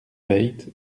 veit